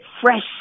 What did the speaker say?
fresh